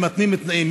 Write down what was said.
הם מתנים תנאים.